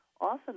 Often